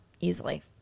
easily